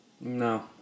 No